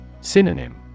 Synonym